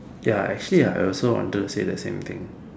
ya actually ah I also wanted to say the same thing